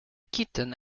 kitten